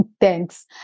thanks